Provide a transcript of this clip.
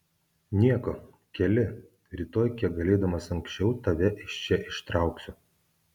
nieko keli rytoj kiek galėdamas anksčiau tave iš čia ištrauksiu